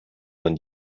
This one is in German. man